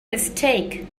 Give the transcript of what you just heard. mistake